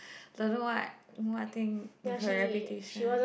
don't know what what thing her reputation